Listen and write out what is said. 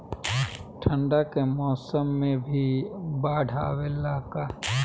ठंडा के मौसम में भी बाढ़ आवेला का?